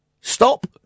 Stop